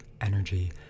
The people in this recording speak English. Energy